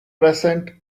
present